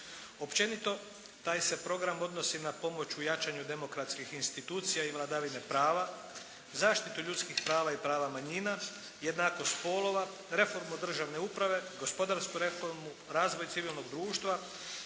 Općenito taj se program odnosi na pomoć u jačanju demokratskih institucija i vladavine prava, zaštitu ljudskih prava i prava manjina, jednakost spolova, reformu državne uprave, gospodarsku reformu, razvoj civilnog društva,